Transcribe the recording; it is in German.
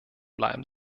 bleiben